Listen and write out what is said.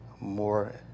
more